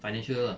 financial ah